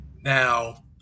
Now